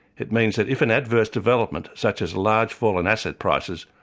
it means that if an adverse development, such as a large fall in asset prices,